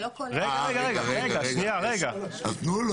רגע, אז תנו לו